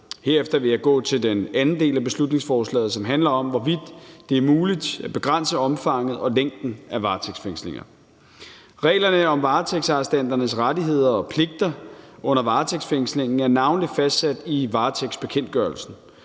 Herefter vil jeg gå til den anden del af beslutningsforslaget, som handler om, hvorvidt det er muligt at begrænse omfanget og længden af varetægtsfængslinger. Reglerne om varetægtsarrestanternes rettigheder og pligter under varetægtsfængslingen er navnlig fastsat i varetægtsbekendtgørelsen.